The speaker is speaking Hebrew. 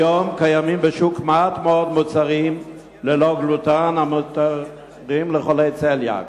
כיום קיימים בשוק מעט מאוד מוצרים ללא גלוטן המותרים לחולי צליאק,